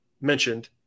mentioned